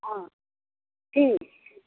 हँ ठीक